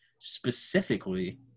specifically